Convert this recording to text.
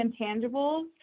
intangibles